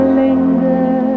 linger